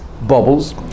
bubbles